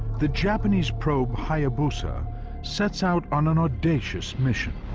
the japanese probe hayabusa sets out on an audacious mission.